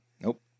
Nope